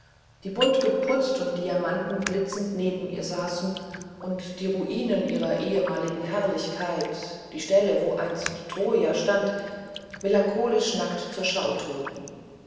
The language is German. die buntgeputzt und diamantenblitzend neben ihr saßen und die ruinen ihrer ehemaligen herrlichkeit die stelle wo einst troja stand melancholisch nackt zur schau trugen